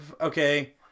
Okay